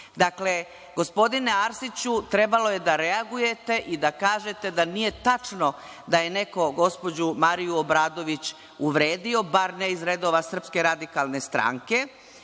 gospodine Arsiću trebalo je da reagujete i da kažete da nije tačno da je neko gospođu Mariju Obradović uvredio, bar ne iz redova SRS i treba